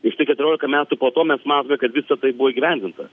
ir štai keturiolika metų po to mes matome kad visa tai buvo įgyvendinta